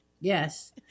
yes